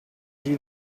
you